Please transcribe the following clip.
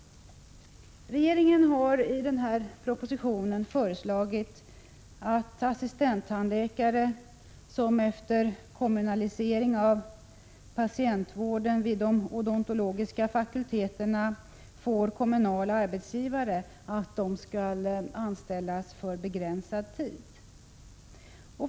Regeringen har i proposition föreslagit att assistenttandläkare, som efter kommunalisering av patientvården vid de odontologiska fakulteterna får kommunal arbetsgivare, skall anställas för begränsad tid.